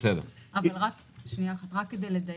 רק כדי לדייק,